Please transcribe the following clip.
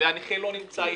כאשר הנכה לא נמצא איתו.